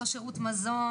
אותו שירות מזון,